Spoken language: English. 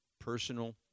personal